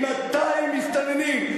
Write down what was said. עם 200 מסתננים,